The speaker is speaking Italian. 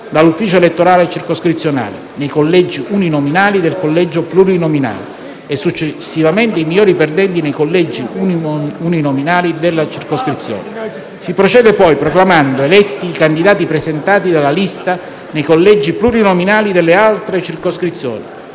dall'ufficio elettorale circoscrizionale) nei collegi uninominali del collegio plurinominale e, successivamente, i migliori perdenti nei collegi uninominali della circoscrizione. Si procede poi proclamando eletti i candidati presentati dalla lista nei collegi plurinominali delle altre circoscrizioni.